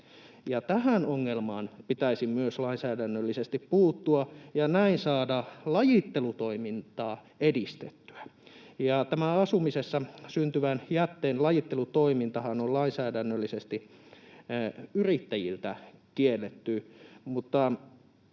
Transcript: tähän ongelmaan pitäisi myös lainsäädännöllisesti puuttua ja näin saada lajittelutoimintaa edistettyä. Asumisessa syntyvän jätteen lajittelutoimintahan on lainsäädännöllisesti yrittäjiltä kielletty,